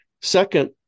Second